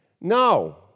No